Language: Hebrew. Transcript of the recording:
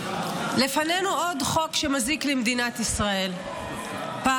לפנינו עוד חוק שמזיק למדינת ישראל פעמיים: